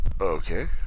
Okay